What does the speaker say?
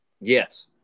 Yes